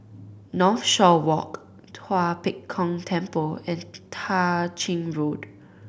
Northshore Walk Tua Pek Kong Temple and Tah Ching Road